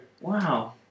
Wow